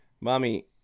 Mommy